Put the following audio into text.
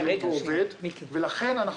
ולכן,